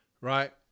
right